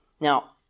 now